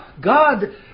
God